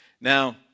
Now